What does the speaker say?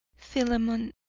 philemon,